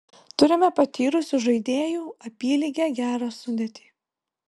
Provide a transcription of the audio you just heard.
turime patyrusių žaidėjų apylygę gerą sudėtį